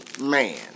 man